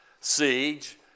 siege